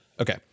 Okay